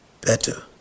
better